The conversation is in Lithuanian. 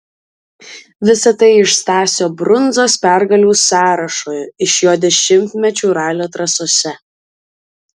visa tai iš stasio brundzos pergalių sąrašo iš jo dešimtmečių ralio trasose